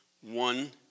One